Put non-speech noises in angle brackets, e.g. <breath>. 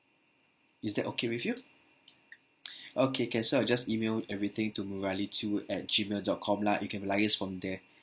is that okay with you <breath> okay can so I'll just email everything to murali two at gmail dot com lah you can liaise from there